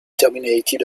terminated